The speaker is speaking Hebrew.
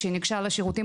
היא ניגשה לשירותים,